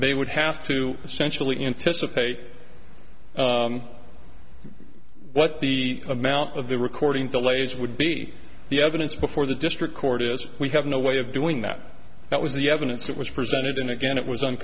they would have to essentially anticipate what the amount of the recording delays would be the evidence before the district court is we have no way of doing that that was the evidence that was presented and again it was on